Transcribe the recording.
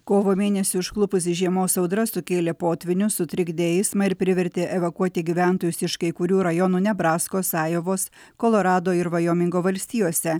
kovo mėnesį užklupusi žiemos audra sukėlė potvynius sutrikdė eismą ir privertė evakuoti gyventojus iš kai kurių rajonų nebraskos ajovos kolorado ir vajomingo valstijose